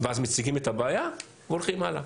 ואז מציגים את הבעיה והולכים הלאה.